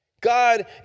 God